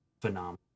Phenomenal